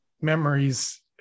memories